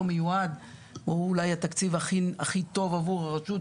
לא מיועד או אולי התקציב הכי טוב עבור הרשות,